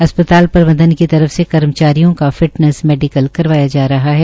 अस्पताल प्रबंधन की तरफ से कर्मचारियों का फिटनेस मेडीकल करवाया जा रहा है